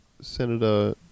Senator